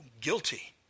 guilty